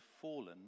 fallen